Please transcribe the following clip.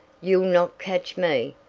you'll not catch me,